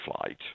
flight